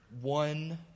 one